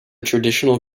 traditional